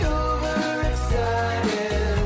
overexcited